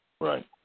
Right